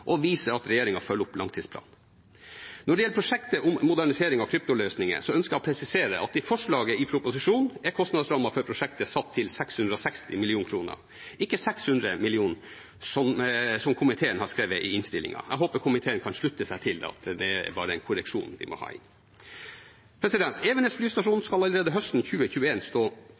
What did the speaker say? og vise at regjeringen følger opp langtidsplanen. Når det gjelder prosjektet om modernisering av kryptoløsninger, ønsker jeg å presisere at i forslaget i proposisjonen er kostnadsrammen for prosjektet satt til 660 mill. kr, ikke 600 mill. kr, som komiteen har skrevet i innstillingen. Jeg håper komiteen kan slutte seg til at dette bare er en korreksjon vi må ha inn. Evenes flystasjon skal allerede høsten 2021 stå